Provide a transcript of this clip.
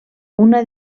una